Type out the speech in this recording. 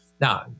Now